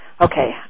Okay